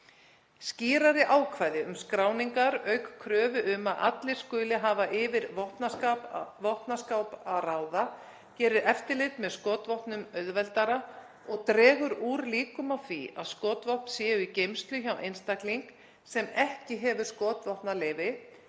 Skýrari ákvæði um skráningar, auk kröfu um að allir skuli hafa yfir vopnaskáp að ráða, gerir eftirlit með skotvopnum auðveldara og dregur úr líkum á því að skotvopn séu í geymslu hjá einstaklingi sem ekki hefur skotvopnaleyfi,